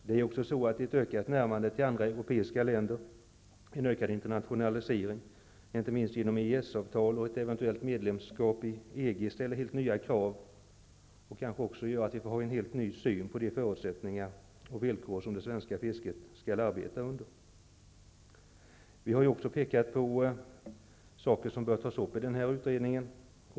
Det är också så att ett ökat närmande till andra europeiska länder, en ökad internationalisering, inte minst genom EES-avtal och ett eventuellt medlemskap i EG, ställer helt nya krav och kanske gör att vi får lov att ha en helt ny syn på de förutsättningar och villkor som det svenska fisket skall arbeta under. Vi har också visat på saker som bör tas upp i utredningen.